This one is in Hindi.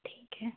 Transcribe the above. ठीक है